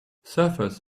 surfers